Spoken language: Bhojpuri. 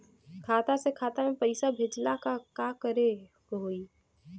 खाता से खाता मे पैसा भेजे ला का करे के होई?